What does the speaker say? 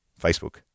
Facebook